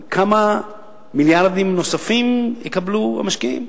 על כמה מיליארדים נוספים יקבלו המשקיעים?